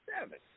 seven